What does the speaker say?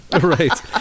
Right